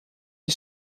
die